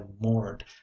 moored